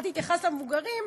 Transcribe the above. את התייחסת למבוגרים,